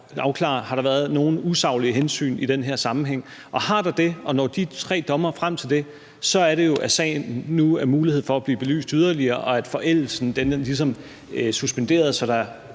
at afklare: Har der været nogen usaglige hensyn i den her sammenhæng? Og har der det, og når de tre dommere frem til det, er det jo, at der nu er mulighed for, at sagen kan blive belyst yderligere, og at forældelsen ligesom er suspenderet, så